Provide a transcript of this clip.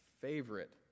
favorite